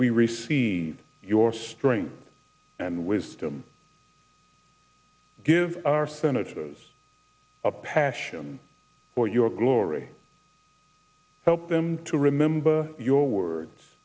we receive your strength and wisdom give our senators a passion for your glory help them to remember your words